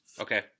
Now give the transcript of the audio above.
Okay